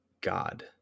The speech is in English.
God